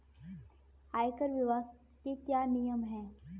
आयकर विभाग के क्या नियम हैं?